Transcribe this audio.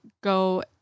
go